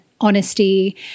honesty